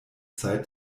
zeit